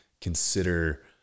consider